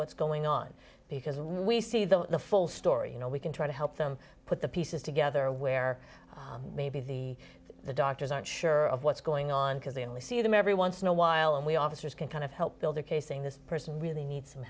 what's going on because we see the full story you know we can try to help them put the pieces together where maybe the doctors aren't sure of what's going on because they only see them every once in a while and we officers can kind of help build a case saying this person really needs some